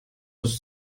ist